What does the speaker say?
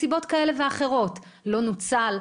מסיבות כאלה ואחרות - הסכום לא נוצל.